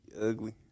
ugly